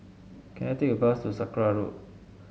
can I take a bus to Sakra Road